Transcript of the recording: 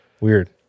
Weird